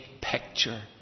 picture